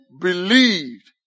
believed